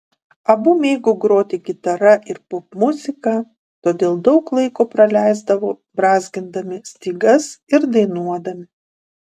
abu mėgo groti gitara ir popmuziką todėl daug laiko praleisdavo brązgindami stygas ir dainuodami